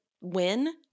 win